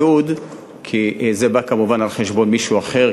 כי זה בא כמובן על חשבון מישהו אחר.